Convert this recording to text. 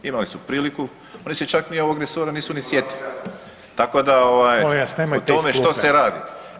Imali su priliku, oni se čak ni ovog resora nisu ni sjetili, tako da o tome što se radi.